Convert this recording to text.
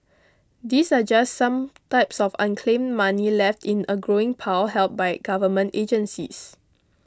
these are just some types of unclaimed money left in a growing pile held by government agencies